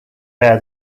bear